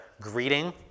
greeting